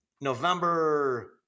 November